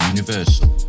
Universal